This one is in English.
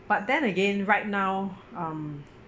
but then again right now um